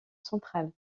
central